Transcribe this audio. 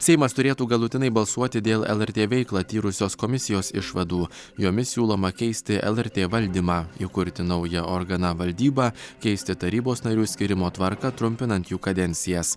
seimas turėtų galutinai balsuoti dėl lrt veiklą tyrusios komisijos išvadų jomis siūloma keisti lrt valdymą įkurti naują organą valdybą keisti tarybos narių skyrimo tvarką trumpinant jų kadencijas